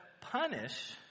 punish